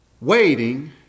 waiting